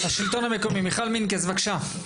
השלטון המקומי מיכל מנקס בבקשה.